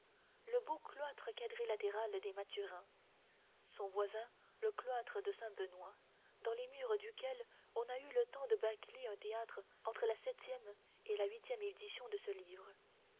le beau cloître quadrilatéral des mathurins son voisin le cloître de saint-benoît dans les murs duquel on a eu le temps de bâcler un théâtre entre la septième et la huitième édition de ce livre